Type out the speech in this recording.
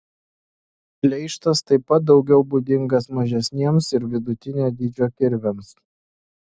pleištas taip pat daugiau būdingas mažesniems ir vidutinio dydžio kirviams